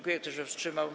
Kto się wstrzymał?